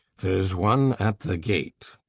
there's one at the gate.